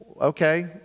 okay